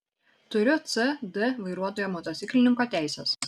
turiu c d vairuotojo motociklininko teises